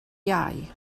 iau